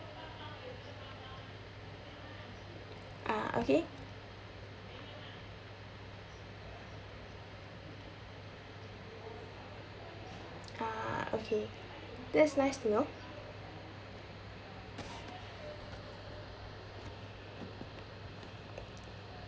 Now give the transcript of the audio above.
uh okay uh okay that is nice to know